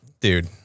dude